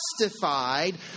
justified